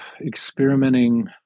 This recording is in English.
experimenting